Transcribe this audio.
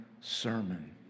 sermon